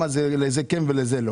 ומדברים על זה כבר שנים.